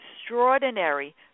extraordinary